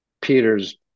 Peters